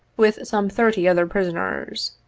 with some thirty other prisoners.